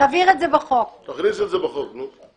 זה בחוק, אחרת